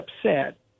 upset